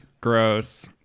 gross